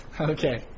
okay